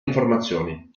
informazioni